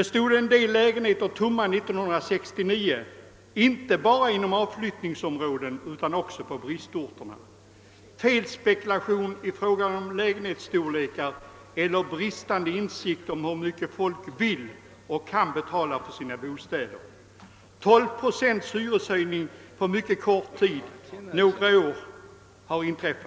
1969 stod en del lägenheter tomma, inte bara i avflyttningsområden utan också på bristorterna. Felspekulation i fråga om lägenhetsstorlekar eller bristande insikt om hur mycket folk vill och kan betala för sina bostäder var orsaken därtill. 12 procents hyreshöjning har inträffat på några år.